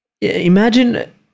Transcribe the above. Imagine